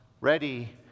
ready